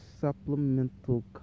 supplemental